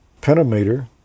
pentameter